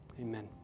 Amen